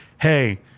hey